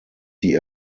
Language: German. die